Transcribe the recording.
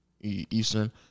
Eastern